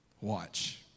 Watch